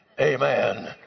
Amen